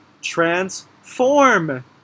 transform